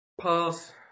Pass